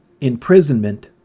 imprisonment